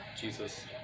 Jesus